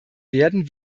werden